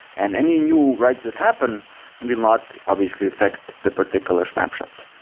and any new writes that happen and will not obviously affect the particular snapshot,